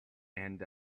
and